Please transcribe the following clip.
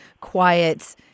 quiet